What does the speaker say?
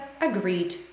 agreed